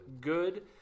good